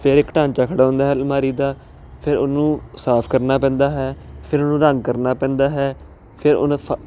ਫਿਰ ਇੱਕ ਢਾਂਚਾ ਖੜ੍ਹਾ ਹੁੰਦਾ ਅਲਮਾਰੀ ਦਾ ਫਿਰ ਉਹਨੂੰ ਸਾਫ ਕਰਨਾ ਪੈਂਦਾ ਹੈ ਫਿਰ ਉਹਨੂੰ ਰੰਗ ਕਰਨਾ ਪੈਂਦਾ ਹੈ ਫਿਰ ਉਹਨੇ